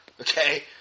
okay